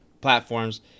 platforms